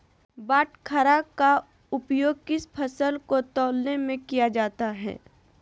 बाटखरा का उपयोग किस फसल को तौलने में किया जाता है?